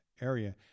area